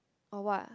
or what